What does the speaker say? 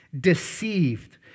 deceived